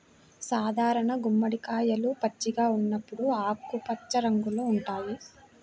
సాధారణ గుమ్మడికాయలు పచ్చిగా ఉన్నప్పుడు ఆకుపచ్చ రంగులో ఉంటాయి